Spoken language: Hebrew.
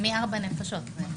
מארבע נפשות.